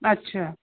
अच्छा